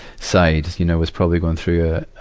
side, you know, was probably going through a,